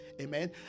Amen